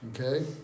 Okay